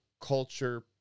culture